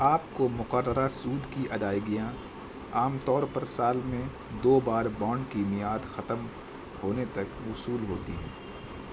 آپ کو مقررہ سود کی ادائیگیاں عام طور پر سال میں دو بار بانڈ کی میعاد ختم ہونے تک وصول ہوتی ہیں